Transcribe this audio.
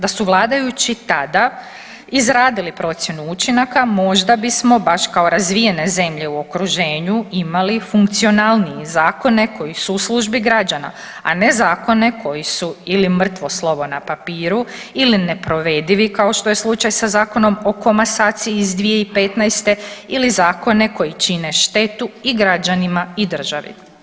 Da su vladajući tada izradili procjenu učinaka možda bismo baš kao razvijene zemlje u okruženju imali funkcionalnije zakone koji su u službi građana, a ne zakone koji su ili mrtvo slovo na papiru ili neprovedivi kao što je slučaj sa Zakonom o komasaciji iz 2015. ili zakone koji čine štetu i građanima i državi.